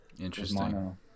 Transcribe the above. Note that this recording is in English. Interesting